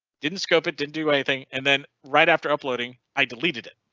didn't scope it didn't do anything and then right after uploading i deleted it.